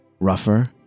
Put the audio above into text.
Rougher